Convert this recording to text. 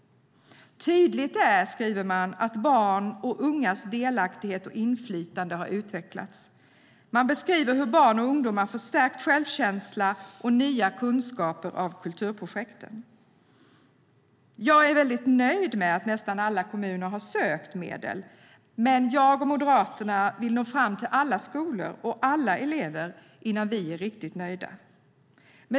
Tydligt är, skriver man, att barns och ungas delaktighet och inflytande har utvecklats. Man beskriver hur barn och ungdomar fått stärkt självkänsla och nya kunskaper av kulturprojekten. Jag är väldigt nöjd med att nästan alla kommuner har sökt medel, men jag och Moderaterna vill nå fram till alla skolor och alla elever innan vi är riktigt nöjda.